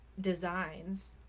designs